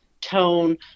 tone